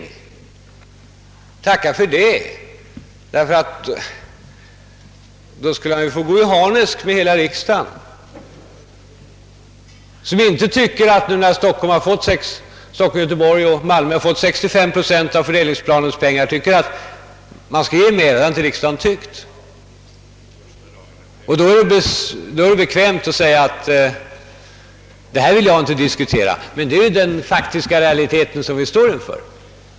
Nej, tacka för det, då skulle han få stå i harnesk mot hela riksdagen, som tycker att nu, när Stockholm, Göteborg och Malmö har fått 65 procent av fördelningsplanens pengar, vill man inte ge mer. Då är det bekvämt att säga: Detta vill jag inte diskutera. Men det är dock den faktiska realitet vi står inför.